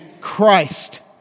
Christ